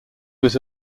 was